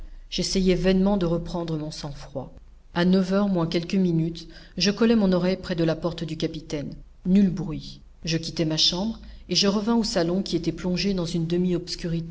j'essayai vainement de reprendre mon sang-froid a neuf heures moins quelques minutes je collai mon oreille près de la porte du capitaine nul bruit je quittai ma chambre et je revins au salon qui était plongé dans une